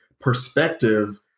perspective